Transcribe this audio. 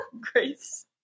Grace